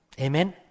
Amen